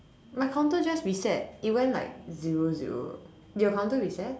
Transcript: my counter just reset it went like zero zero did your counter reset